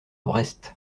brest